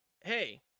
hey